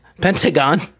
Pentagon